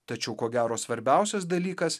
tačiau ko gero svarbiausias dalykas